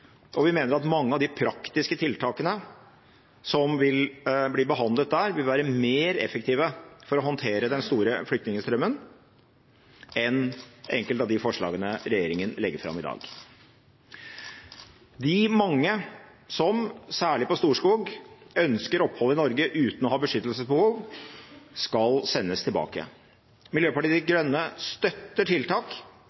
og vi mener at mange av de praktiske tiltakene som vil bli behandlet der, vil være mer effektive for å håndtere den store flyktningstrømmen enn enkelte av de forslagene regjeringen legger fram i dag. De mange som, særlig på Storskog, ønsker opphold i Norge uten å ha beskyttelsesbehov, skal sendes tilbake. Miljøpartiet De Grønne støtter tiltak